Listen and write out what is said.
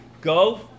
go